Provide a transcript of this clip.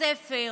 הספר,